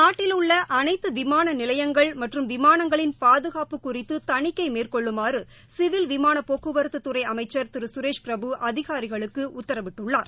நாட்டிலுள்ள அனைத்து விமான நிலையங்கள் மற்றும் விமானங்களின் பாதுகாப்பு குறித்து தணிக்கை மேற்கொள்ளுமாறு சிவில் விமான போக்குவரத்து துறை அமைச்சர் திரு சுரேஷ்பிரபு அதிகாரிகளுக்கு உத்தரவிட்டுள்ளார்